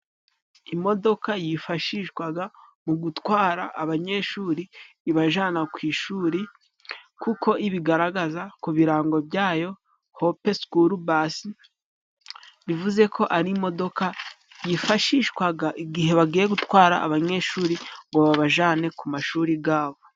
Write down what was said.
Imodoka yifashishwaga mu gutwara abanyeshuri ibajana ku ishuri kuko ibigaragaza ku birango byayo hope sikuru basi, bivuze ko ari imodoka yifashishwaga igihe bagiye gutwara abanyeshuri ngo babajane ku mashuri gabo.